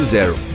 Zero